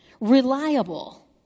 reliable